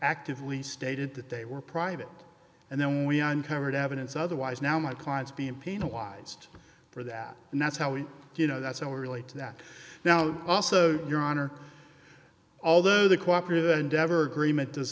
actively stated that they were private and then we are uncovered evidence otherwise now my clients be in pain wise for that and that's how we you know that's how we relate to that now also your honor although the cooperative endeavor agreement does